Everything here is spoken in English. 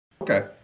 Okay